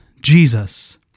Jesus